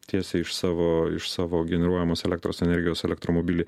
tiesiai iš savo iš savo generuojamos elektros energijos elektromobilį